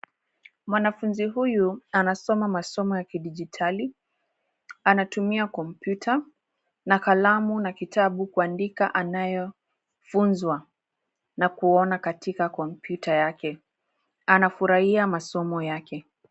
Mwanafunzi huyu anasoma masomo ya kidijitali. Anatumia kompyuta na kalamu na kitabu kuandika anayofunzwa na kuona katika kompyuta yake. Anafurahia masomo yake.